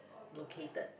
located